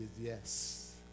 yes